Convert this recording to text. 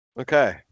Okay